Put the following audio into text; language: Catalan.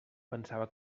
pensava